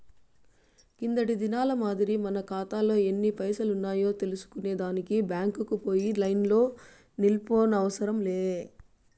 కిందటి దినాల మాదిరి మన కాతాలో ఎన్ని పైసలున్నాయో తెల్సుకునే దానికి బ్యాంకుకు పోయి లైన్లో నిల్సోనవసరం లే